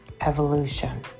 evolution